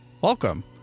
welcome